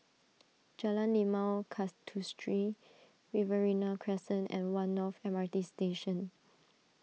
Jalan Limau Kasturi Riverina Crescent and one North M R T Station